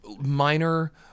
minor